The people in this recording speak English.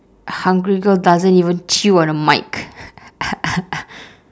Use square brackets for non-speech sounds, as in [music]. hungry girl doesn't even chew on a mic [laughs]